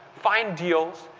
find deals,